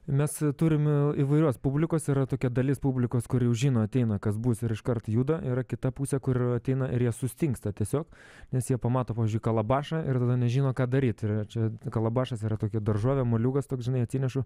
mes turime įvairios publikos yra tokia dalis publikos kuri jau žino ateina kas bus ir iškart juda yra kita pusė kur ateina ir jie sustingsta tiesiog nes jie pamato pavyzdžiui kalabšą ir tada nežino ką daryt ir ar čia kalabašas yra tokia daržovė moliūgas toks žinai atsinešu